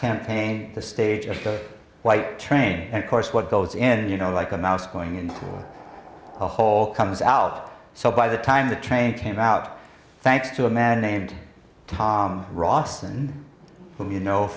campaign the stage as the white train of course what goes in you know like a mouse going into a hole comes out so by the time the train came out thanks to a man named tom ronson whom you know